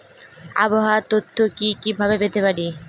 আবহাওয়ার তথ্য কি কি ভাবে পেতে পারি?